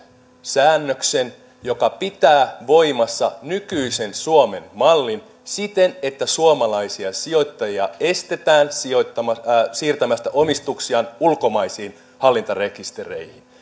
säännöksen joka pitää voimassa nykyisen suomen mallin siten että suomalaisia sijoittajia estetään siirtämästä omistuksiaan ulkomaisiin hallintarekistereihin